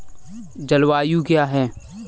जलवायु क्या है?